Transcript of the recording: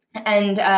and